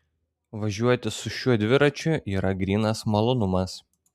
važiuoti su šiuo dviračiu yra grynas malonumas